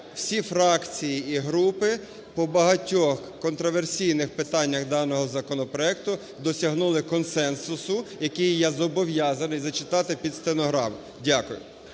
всі фракції і групи по багатьохконтраверсійних питаннях даного законопроекту досягнули консенсусу, який я зобов'язаний зачитати під стенограму. Дякую.